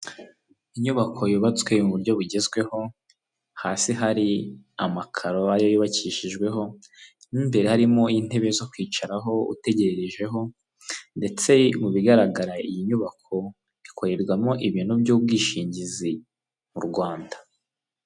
Inyubako yubatswe mu buryo bugezweho, hasi hari amakaro ari yo yubakishijweho, mo imbere harimo intebe zo kwicaraho utegererejeho, ndetse mu bigaragara iyi nyubako ikorerwamo ibintu by'ubwishingizi mu Rwanda.